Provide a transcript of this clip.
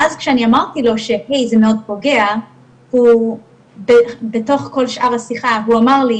ואז כשאמרתי לו שבי זה מאוד פוגע - הוא בתוך כל שאר השיחה הוא אמר לי